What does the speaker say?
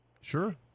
sure